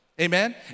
amen